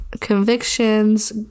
convictions